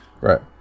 Right